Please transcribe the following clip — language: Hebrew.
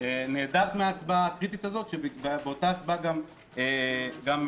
נעדרת מההצבעה הקריטית הזאת כשבאותה הצבעה גם הפסדנו,